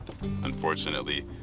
unfortunately